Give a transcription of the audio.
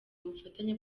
ubufatanye